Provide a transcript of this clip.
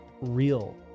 real